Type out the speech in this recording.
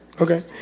Okay